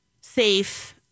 safe